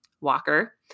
Walker